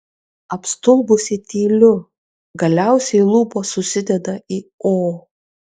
apstulbusi tyliu galiausiai lūpos susideda į o